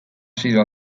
sido